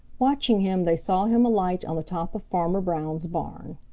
watching him they saw him alight on the top of farmer brown's barn.